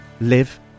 live